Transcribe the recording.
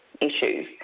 Issues